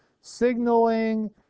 signaling